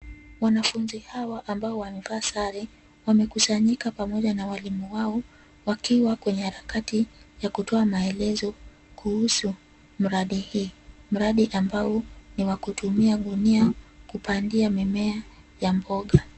Wanafunzi hawa ambao wamevaa sare wamekusanyika pamoja na walimu wao wakiwa kwenye harakati ya kutoa maelezo kuhusu mradi hii. Mradi ambayo ni wa kutumia gunia kupandia mimea ya mboga.